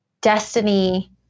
destiny